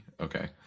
Okay